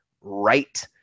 right